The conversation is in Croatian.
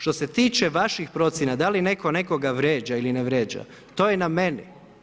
Što se tiče vaših procjena, da li netko nekoga vrijeđa ili ne vrijeđa to je na meni.